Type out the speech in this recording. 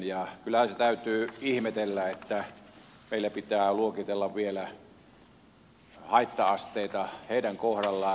kyllähän sitä täytyy ihmetellä että meillä pitää luokitella vielä haitta asteita heidän kohdallaan